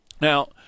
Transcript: Now